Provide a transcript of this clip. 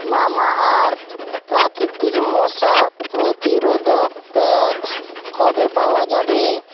Mamaearth প্রাকৃতিক মশা প্রতিরোধক প্যাচ কবে পাওয়া যাবে